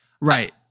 Right